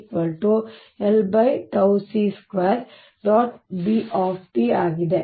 B ಆಗಿದೆ